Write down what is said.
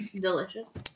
Delicious